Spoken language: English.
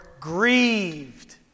grieved